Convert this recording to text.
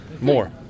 more